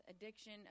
addiction